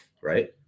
Right